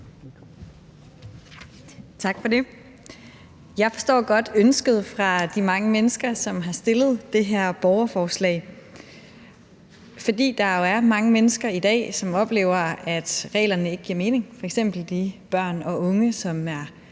Tak for det. Jeg forstår godt ønsket fra de mange mennesker, som har stillet det her borgerforslag, for der er jo i dag mange mennesker, som oplever, at reglerne ikke giver mening, f.eks. de børn og unge, som er